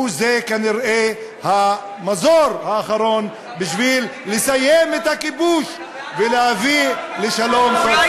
הוא כנראה המזור האחרון בשביל לסיים את הכיבוש ולהביא לשלום סוף-סוף.